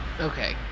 Okay